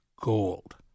gold